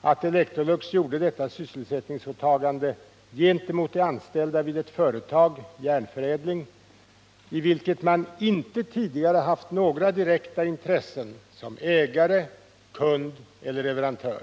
att Electrolux gjorde detta sysselsättningsåtagande gentemot de anställda vid ett företag, AB Järnförädling, i vilket man inte tidigare haft några direkta intressen som ägare, kund eller leverantör.